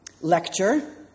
lecture